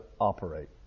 operate